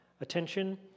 attention